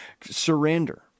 surrender